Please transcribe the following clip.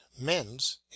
Men's